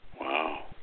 Wow